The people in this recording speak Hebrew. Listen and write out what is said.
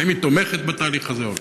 האם היא תומכת בתהליך הזה או לא?